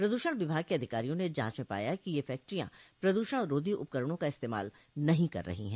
प्रद्षण विभाग के अधिकारियों ने जांच में पाया कि यह फैक्ट्रियां प्रदूषण रोधी उपकरणों का इस्तेमाल नहीं कर रही है